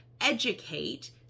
educate